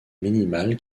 minimale